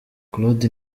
claude